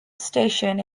station